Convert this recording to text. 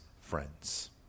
friends